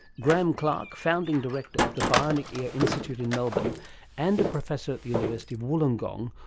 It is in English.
graeme clark, founding director of the bionic ear institute in melbourne and a professor at the university of wollongong,